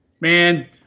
Man